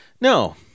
No